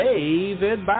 David